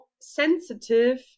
sensitive